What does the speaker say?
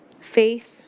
Faith